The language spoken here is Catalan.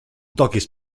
toquis